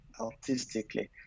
artistically